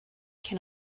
can